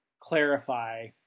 clarify